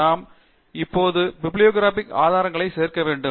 நாம் இப்போது பிப்லியோகிராபிக் ஆதாரங்களை சேர்க்க வேண்டும்